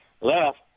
left